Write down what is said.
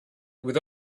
with